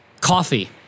Coffee